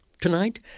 Tonight